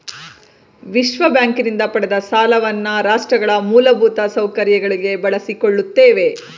ವಿಶ್ವಬ್ಯಾಂಕಿನಿಂದ ಪಡೆದ ಸಾಲವನ್ನ ರಾಷ್ಟ್ರಗಳ ಮೂಲಭೂತ ಸೌಕರ್ಯಗಳಿಗೆ ಬಳಸಿಕೊಳ್ಳುತ್ತೇವೆ